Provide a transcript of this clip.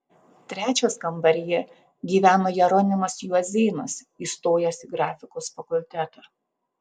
trečias kambaryje gyveno jeronimas juozėnas įstojęs į grafikos fakultetą